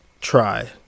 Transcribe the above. try